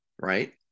right